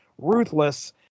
ruthless